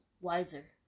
wiser